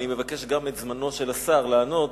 אני מבקש גם את זמנו של השר לענות.